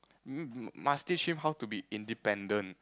m~ must teach him how to be independent